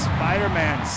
Spider-Man